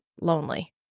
lonely